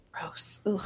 Gross